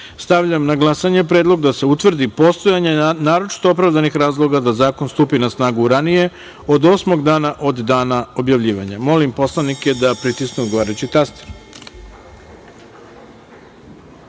na glasanje predlog da se utvrdi postojanje naročito opravdanih razloga da zakon stupi na snagu ranije od osmog dana od dana objavljivanja. Molim narodne poslanike da pritisnu odgovarajući